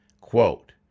quote